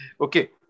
Okay